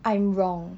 I'm wrong